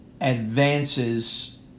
advances